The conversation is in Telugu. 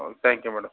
oh thank you madam